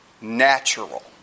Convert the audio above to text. natural